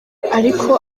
ariko